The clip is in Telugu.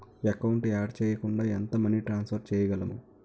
ఎకౌంట్ యాడ్ చేయకుండా ఎంత మనీ ట్రాన్సఫర్ చేయగలము?